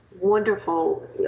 Wonderful